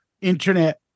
internet